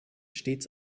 stets